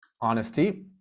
honesty